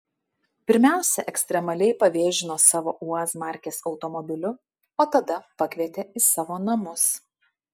pirmiausia ekstremaliai pavėžino savo uaz markės automobiliu o tada pakvietė į savo namus